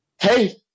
hey